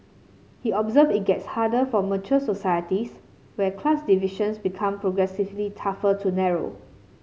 he observed it gets harder for mature societies where class divisions become progressively tougher to narrow